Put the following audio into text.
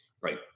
right